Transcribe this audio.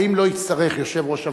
האם לא יצטרך יושב-ראש הוועדה,